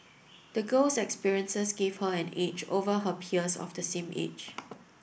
the girl's experiences gave her an edge over her peers of the same age